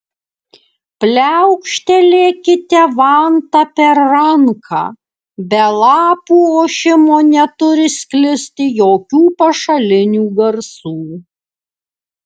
pliaukštelėkite vanta per ranką be lapų ošimo neturi sklisto jokių pašalinių garsų